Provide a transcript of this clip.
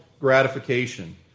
gratification